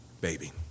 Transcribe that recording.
baby